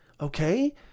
Okay